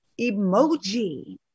Emoji